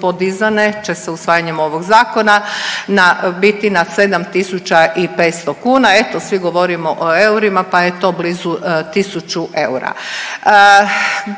podizane će se usvajanjem ovog zakona na, biti na 7.500 kuna. Eto svi govorimo eurima pa je to blizu 1.000 eura.